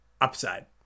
Upside